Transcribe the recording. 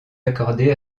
accordée